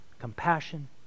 compassion